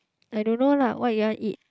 I don't know lah what you want to eat